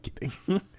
kidding